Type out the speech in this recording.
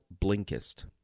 Blinkist